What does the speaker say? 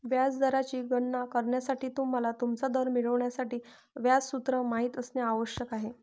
व्याज दराची गणना करण्यासाठी, तुम्हाला तुमचा दर मिळवण्यासाठी व्याज सूत्र माहित असणे आवश्यक आहे